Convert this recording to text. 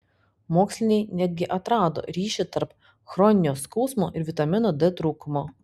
mokslininkai netgi atrado ryšį tarp chroninio skausmo ir vitamino d trūkumo